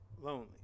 lonely